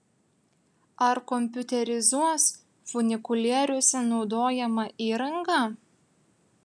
ar kompiuterizuos funikulieriuose naudojamą įrangą